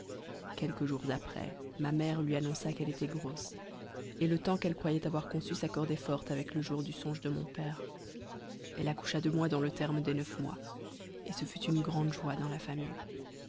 quelques jours après ma mère lui annonça qu'elle était grosse et le temps qu'elle croyait avoir conçu s'accordait fort avec le jour du songe de mon père elle accoucha de moi dans le terme des neuf mois et ce fut une grande joie dans la famille